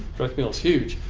direct mail is huge.